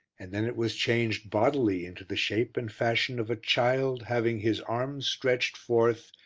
and then it was changed bodily into the shape and fashion of a child having his arms stretched forth,